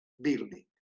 building